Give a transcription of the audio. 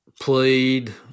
played